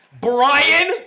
Brian